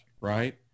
right